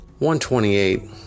128